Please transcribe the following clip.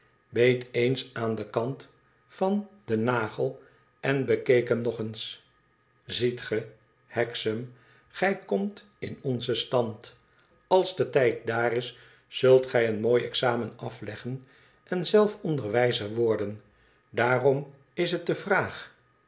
beet eens aan den kant van den nagel en bekeek hem nog eens ziet ge hexam gij komt in onzen stand als de tijd dddr is zult gij en mooi examen afleggen en zelf onderwijzer worden daarom is het de vraag